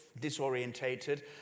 disorientated